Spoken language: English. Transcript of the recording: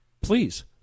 Please